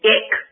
Eck